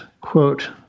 quote